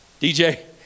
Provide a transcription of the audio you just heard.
DJ